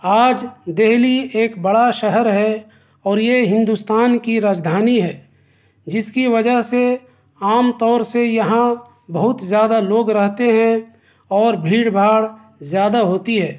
آج دہلی ایک بڑا شہر ہے اور یہ ہندوستان کی راجدھانی ہے جس کی وجہ سے عام طور سے یہاں بہت زیادہ لوگ رہتے ہیں اور بھیڑ بھاڑ زیادہ ہوتی ہے